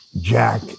Jack